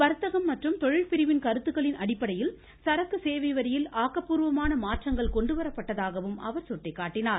வர்த்தகம் மற்றும் தொழில் பிரிவின் கருத்துக்களின் அடிப்படையில் சேவை வரியில் ஆக்கபூர்வமான மாற்றங்கள் சரக்கு கொண்டுவரப்பட்டதாகவும் அவர் சுட்டிக்காட்டினார்